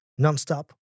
nonstop